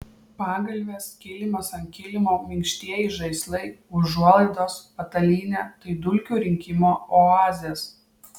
pagalvės kilimas ant kilimo minkštieji žaislai užuolaidos patalynė tai dulkių rinkimo oazės